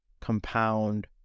compound